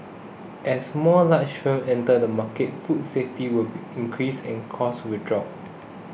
as more large firms enter the market food safety will increase and costs will drop